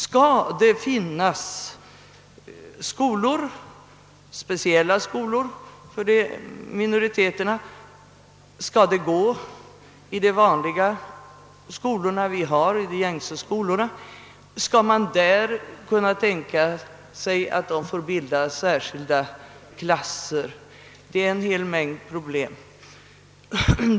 Skall det finnas speciella skolor för minoriteterna eller skall de gå i de gängse skolorna, och kan det i så fall tänkas att de får bilda särskilda klasser? Problemen är många.